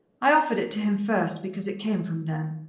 i offered it to him first because it came from them.